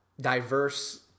diverse